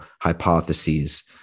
hypotheses